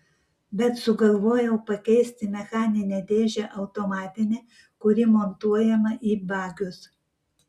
bet sugalvojau pakeisti mechaninę dėžę automatine kuri montuojama į bagius